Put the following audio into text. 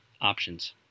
options